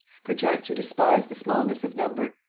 perchance you despise the smallness of number.